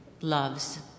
loves